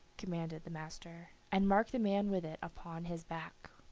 commanded the master, and mark the man with it upon his back.